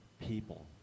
people